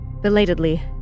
Belatedly